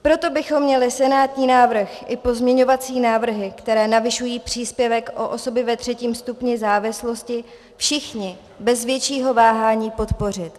Proto bychom měli senátní návrh i pozměňovací návrhy, které navyšují příspěvek o osoby ve třetím stupni závislosti všichni bez většího váhání podpořit.